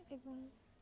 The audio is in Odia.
ଏବଂ